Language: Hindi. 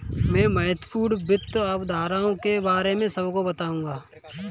मैं महत्वपूर्ण वित्त अवधारणाओं के बारे में सबको बताऊंगा